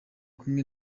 kumwe